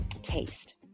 taste